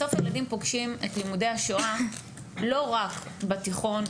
בסוף הילדים פוגשים את לימודי השואה לא רק בתיכון,